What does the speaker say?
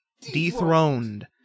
Dethroned